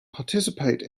participate